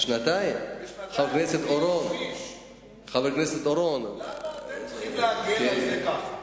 לשנתיים, למה אתם צריכים להגן על זה ככה?